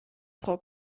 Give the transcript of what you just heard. frau